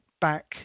back